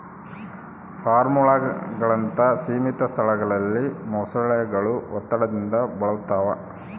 ಫಾರ್ಮ್ಗಳಂತಹ ಸೀಮಿತ ಸ್ಥಳಗಳಲ್ಲಿ ಮೊಸಳೆಗಳು ಒತ್ತಡದಿಂದ ಬಳಲ್ತವ